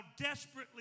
desperately